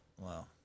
Wow